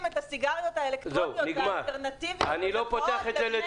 את הסיגריות האלקטרוניות והאלטרנטיביות לבני נוער.